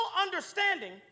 understanding